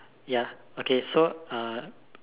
ya okay so uh